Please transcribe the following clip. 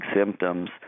symptoms